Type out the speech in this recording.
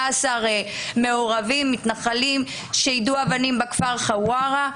מעורבים מתנחלים שיידו אבנים בכפר חווארה,